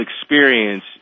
experience